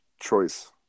choice